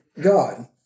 God